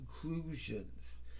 conclusions